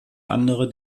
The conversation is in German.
andere